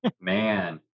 man